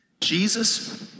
Jesus